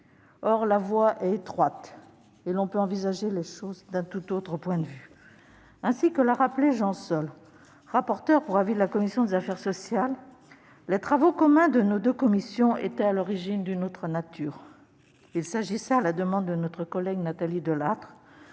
Or la voie est étroite et l'on peut envisager les choses d'un tout autre point de vue. Ainsi que l'a rappelé Jean Sol, rapporteur pour avis de la commission des affaires sociales, les travaux communs de nos deux commissions étaient, à l'origine, d'une autre nature. Il s'agissait, à la demande de notre collègue Nathalie Delattre,